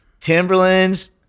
Timberlands